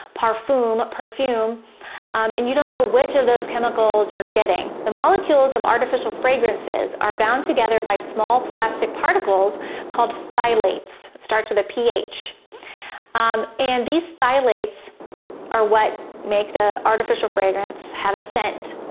parfum, perfume and you don't know which of those chemicals you're getting. the molecules of artificial fragrances are bound together by small plastic particles called phthalates starts with a ph and these phthalates are what make the artificial fragrance have a scent.